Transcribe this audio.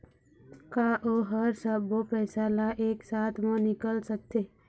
का ओ हर सब्बो पैसा ला एक साथ म निकल सकथे?